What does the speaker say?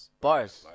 Bars